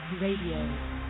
Radio